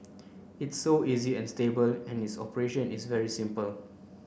it's so easy and stable and its operation is very simple